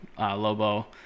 Lobo